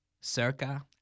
Circa